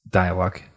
dialogue